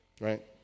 right